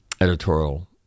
editorial